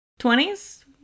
20s